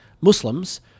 Muslims